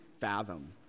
fathom